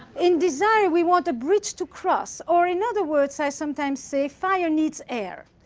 in desire, we want a bridge to cross. or in other words, i sometimes say, fire needs air.